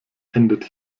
endet